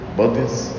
bodies